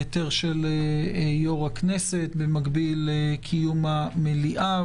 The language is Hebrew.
בהיתר של יו"ר הכנסת במקביל לקיום המליאה.